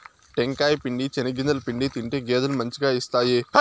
టెంకాయ పిండి, చెనిగింజల పిండి తింటే గేదెలు మంచిగా ఇస్తాయి